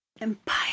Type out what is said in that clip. empire